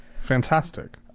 Fantastic